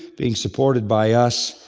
being supported by us,